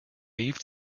leave